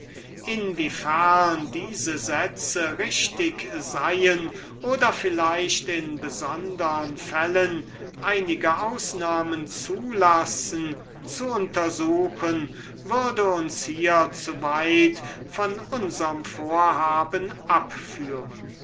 in wie fern diese sätze richtig seien oder in besondern fällen einige ausnahmen zulassen zu untersuchen würde zu weit von unserm vorhaben abführen